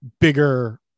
bigger